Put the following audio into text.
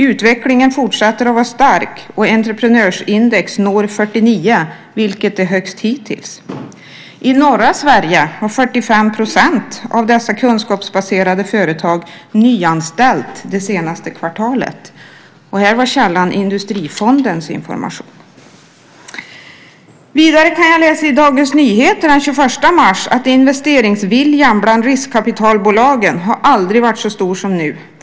Utvecklingen fortsätter att vara stark, och entreprenörsindex når 49, vilket är högst hittills. I norra Sverige har 45 % av dessa kunskapsbaserade företag nyanställt det senaste kvartalet. Och här var källan Industrifonden. Vidare kan jag läsa i Dagens Nyheter den 21 mars att investeringsviljan bland riskkapitalbolagen aldrig har varit så stor som nu.